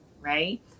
right